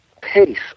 pace